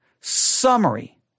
summary